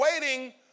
waiting